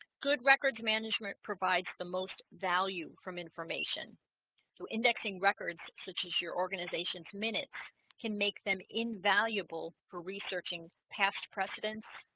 good records management provides the most value from information so indexing records such as your organization's minutes can make them invaluable for researching past precedents,